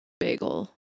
bagel